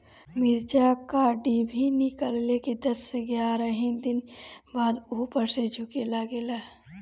मिरचा क डिभी निकलले के दस से एग्यारह दिन बाद उपर से झुके लागेला?